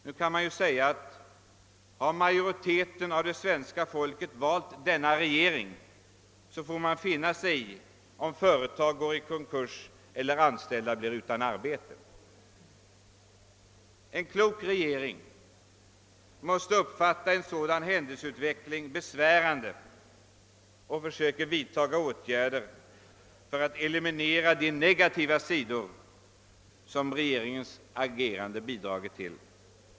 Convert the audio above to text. Det kan ju sägas att om majoriteten av det svenska folket valt denna regering, får man finna sig i att företaget går i konkurs eller anställda blir utan arbete. En klok regering måste uppfatta en sådan händelseutveckling som besvärande och försöka vidta åtgärder för att eliminera de negativa sidor som regeringens agerande har bidragit till.